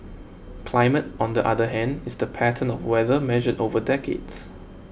climate on the other hand is the pattern of weather measured over decades